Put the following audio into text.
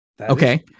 Okay